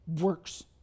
works